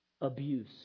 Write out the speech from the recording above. abuse